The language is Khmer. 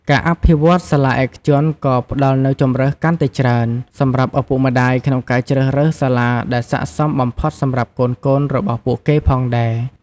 ការអភិវឌ្ឍន៍សាលាឯកជនក៏ផ្តល់នូវជម្រើសកាន់តែច្រើន សម្រាប់ឪពុកម្តាយក្នុងការជ្រើសរើសសាលាដែលស័ក្តិសមបំផុតសម្រាប់កូនៗរបស់ពួកគេផងដែរ។